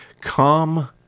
come